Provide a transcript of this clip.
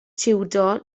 jiwdo